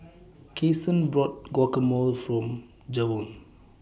Kasen bought Guacamole For Javon